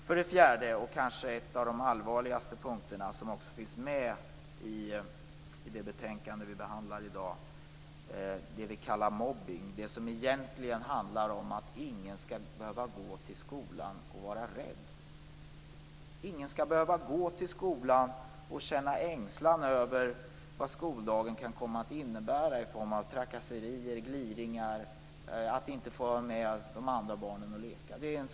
För det fjärde vill jag ta upp en av de kanske allvarligaste punkterna i de betänkanden som vi nu behandlar, nämligen det som vi kallar mobbning. Det handlar om att ingen skall behöva gå till skolan och vara rädd. Ingen skall behöva känna ängslan över vad skoldagen kan komma att innebära i form av trakasserier och gliringar och över att inte få vara med och leka med de andra barnen.